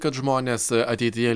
kad žmonės ateityje